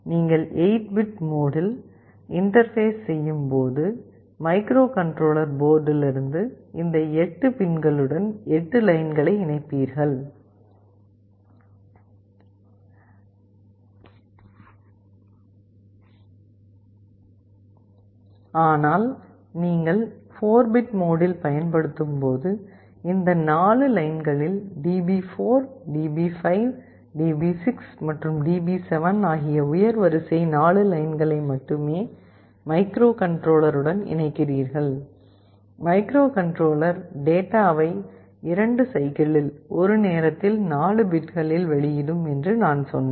நீங்கள் 8 பிட் மோடில் இன்டர்பேஸ் செய்யும் போது மைக்ரோகண்ட்ரோலர் போர்ட்டிலிருந்து இந்த 8 பின்களுடன் 8 லைன்களை இணைப்பீர்கள் ஆனால் நீங்கள் 4 பிட் மோடில் பயன்படுத்தும்போது இந்த 4 லைன்களில் DB4 DB5 DB6 மற்றும் DB7 ஆகிய உயர் வரிசை 4 லைன்களை மட்டுமே மைக்ரோகண்ட்ரோலருடன் இணைக்கிறீர்கள் மைக்ரோகண்ட்ரோலர் டேட்டாவை 2 சைக்கிளில் ஒரு நேரத்தில் 4 பிட்களில் வெளியிடும் என்று நான் சொன்னேன்